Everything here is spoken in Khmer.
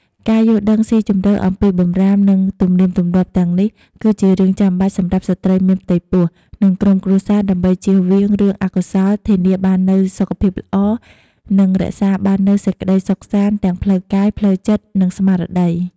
ការយល់ដឹងស៊ីជម្រៅអំពីបម្រាម និងទំនៀមទម្លាប់ទាំងនេះ គឺជារឿងចាំបាច់សម្រាប់ស្ត្រីមានផ្ទៃពោះ និងក្រុមគ្រួសារ ដើម្បីជៀសវាងរឿងអកុសល ធានាបាននូវសុខភាពល្អ និងរក្សាបាននូវសេចក្តីសុខសាន្តទាំងផ្លូវកាយ ផ្លូវចិត្ត និងស្មារតី។